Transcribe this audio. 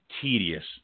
tedious